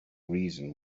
reason